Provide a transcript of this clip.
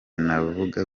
navuga